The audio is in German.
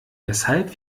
weshalb